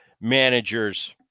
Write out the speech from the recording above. managers